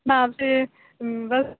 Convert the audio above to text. باپ رے بس